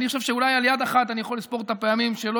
אני חושב שאולי על יד אחת אני יכול לספור את הפעמים שלא